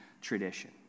tradition